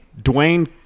Dwayne